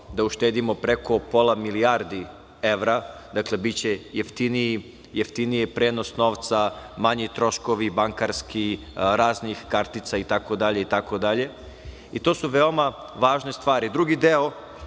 da uštedimo preko pola milijardi evra. Dakle, biće jeftiniji prenos novca, manji troškovi bankarski raznih kartica i tako dalje. To su veoma važne stvari. Drugi deo